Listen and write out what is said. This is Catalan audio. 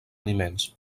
aliments